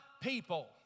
people